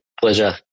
pleasure